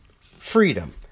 Freedom